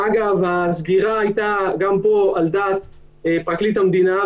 אגב, הסגירה הייתה גם פה על דעת פרקליט המדינה.